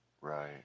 Right